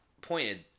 pointed